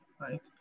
right